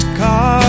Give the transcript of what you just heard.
car